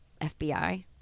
fbi